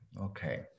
okay